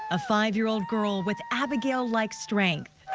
a five year-old girl with abigail like strength.